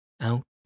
Out